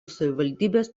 savivaldybės